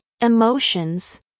emotions